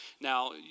Now